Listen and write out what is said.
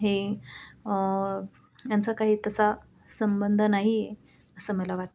हे यांचा काही तसा संबंध नाही आहे असं मला वाटतं